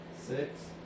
six